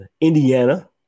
Indiana